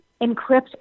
encrypt